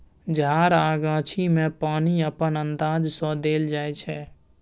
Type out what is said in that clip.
झार आ गाछी मे पानि अपन अंदाज सँ देल जाइ छै